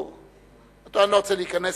אני לא רוצה להיכנס,